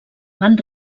van